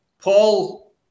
Paul